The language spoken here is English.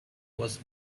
was